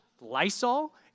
Lysol